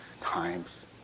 times